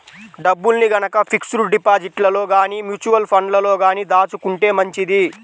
డబ్బుల్ని గనక ఫిక్స్డ్ డిపాజిట్లలో గానీ, మ్యూచువల్ ఫండ్లలో గానీ దాచుకుంటే మంచిది